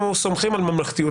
שניים לארבעה.